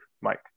Mike